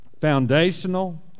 foundational